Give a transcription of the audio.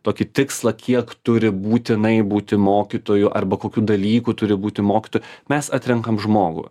tokį tikslą kiek turi būtinai būti mokytojų arba kokių dalykų turi būti mokytojų mes atrenkam žmogų